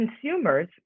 consumers